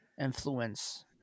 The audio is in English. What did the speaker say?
influence